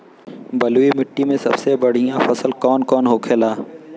बलुई मिट्टी में सबसे बढ़ियां फसल कौन कौन होखेला?